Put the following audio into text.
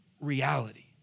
reality